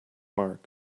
mark